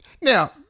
now